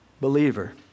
believer